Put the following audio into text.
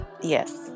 Yes